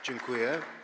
Dziękuję.